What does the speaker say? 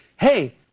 Hey